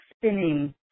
spinning